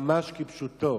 ממש כפשוטו